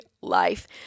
life